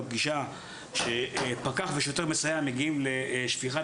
בפגישה: כשפקח מסייע ושוטר מגיעים לשפיכת